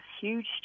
huge